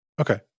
Okay